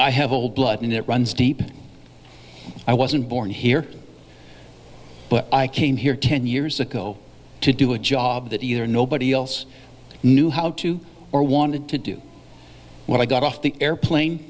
i have old blood and it runs deep i wasn't born here but i came here ten years ago to do a job that either nobody else knew how to or wanted to do when i got off the airplane